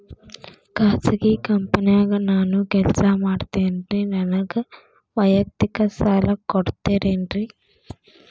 ಖಾಸಗಿ ಕಂಪನ್ಯಾಗ ನಾನು ಕೆಲಸ ಮಾಡ್ತೇನ್ರಿ, ನನಗ ವೈಯಕ್ತಿಕ ಸಾಲ ಕೊಡ್ತೇರೇನ್ರಿ?